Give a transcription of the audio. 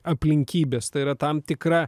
aplinkybės tai yra tam tikra